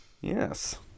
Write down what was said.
Yes